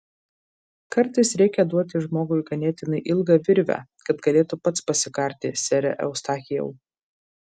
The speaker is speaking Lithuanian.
kartais reikia duoti žmogui ganėtinai ilgą virvę kad galėtų pats pasikarti sere eustachijau